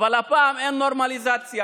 אבל הפעם אין נורמליזציה,